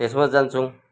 त्यसमा जान्छौँ